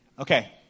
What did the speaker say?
Okay